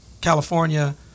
California